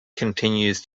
continues